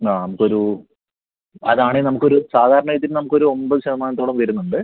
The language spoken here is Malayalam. ആ നമുക്കൊരു അതാണെങ്കിൽ നമുക്കൊരു സാധാരണ ഇതിന് നമുക്കൊരു ഒമ്പത് ശതമാനത്തോളം വരുന്നുണ്ട്